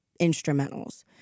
instrumentals